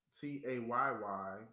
T-A-Y-Y